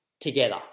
together